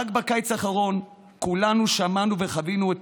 רק בקיץ האחרון כולנו שמענו וחווינו את